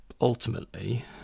Ultimately